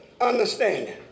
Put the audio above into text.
understanding